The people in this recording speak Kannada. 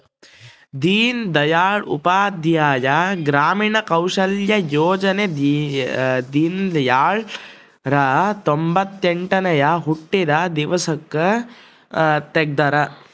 ದೀನ್ ದಯಾಳ್ ಉಪಾಧ್ಯಾಯ ಗ್ರಾಮೀಣ ಕೌಶಲ್ಯ ಯೋಜನೆ ದೀನ್ದಯಾಳ್ ರ ತೊಂಬೊತ್ತೆಂಟನೇ ಹುಟ್ಟಿದ ದಿವ್ಸಕ್ ತೆಗ್ದರ